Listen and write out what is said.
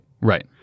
Right